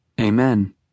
Amen